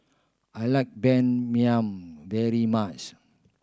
I like Ban Mian very much